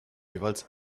jeweils